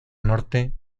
norte